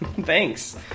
thanks